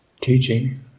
teaching